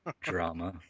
drama